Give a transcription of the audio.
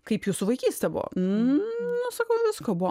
kaip jūsų vaikystė buvo nu sakau visko buvo